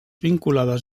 vinculades